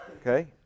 okay